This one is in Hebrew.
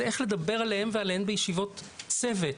זה איך לדבר עליהם ועליהן בישיבות צוות.